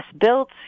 built